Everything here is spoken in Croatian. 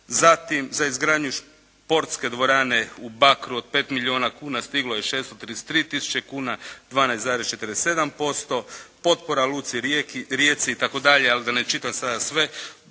Zatim za izgradnju športske dvorane u Bakru od 5 milijuna kuna stiglo je 633 tisuće kuna, 12,47%. Potpora luci Rijeci i